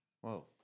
Whoa